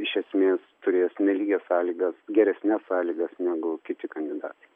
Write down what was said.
iš esmės turės nelygias sąlygas geresnes sąlygas negu kiti kandidatai